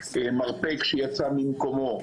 מרפק שיצא ממקומו,